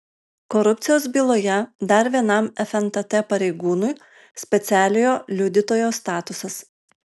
korupcijos byloje dar vienam fntt pareigūnui specialiojo liudytojo statusas